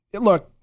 look